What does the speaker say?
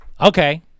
Okay